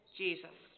jesus